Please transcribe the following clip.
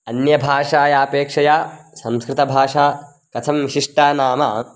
अन्यभाषायाः अपेक्षया संस्कृतभाषा कथं विशिष्टा नाम